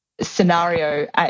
scenario